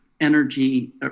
energy